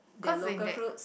cause they that